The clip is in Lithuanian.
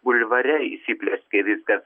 bulvare įsiplieskė viskas